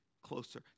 closer